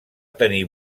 tenir